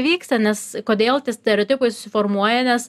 vyksta nes kodėl stereotipais formuoja nes